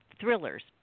thrillers